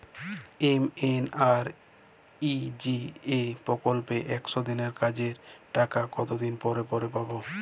MNREGA প্রকল্পে একশ দিনের কাজের টাকা কতদিন পরে পরে পাব?